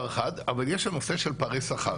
יש את הנושא של פערי שכר,